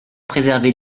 préserver